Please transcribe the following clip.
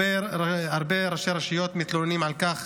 הרבה ראשי רשויות מתלוננים על כך